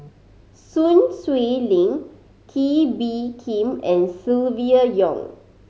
Sun Xueling Kee Bee Khim and Silvia Yong